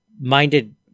minded